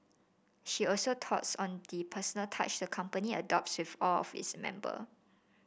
she also touts on the personal touch the company adopts with all its member